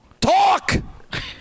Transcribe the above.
Talk